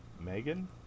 Megan